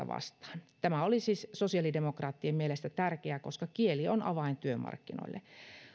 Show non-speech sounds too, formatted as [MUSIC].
[UNINTELLIGIBLE] vastaan tämä oli siis sosiaalidemokraattien mielestä tärkeää koska kieli on avain työmarkkinoille